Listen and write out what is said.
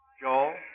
Joel